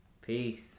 Peace